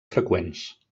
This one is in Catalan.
freqüents